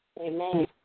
Amen